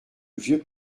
vieux